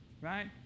right